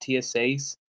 TSA's